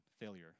failure